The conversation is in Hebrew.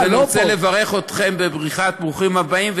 אני רוצה לברך אתכם בברכת ברוכים הבאים.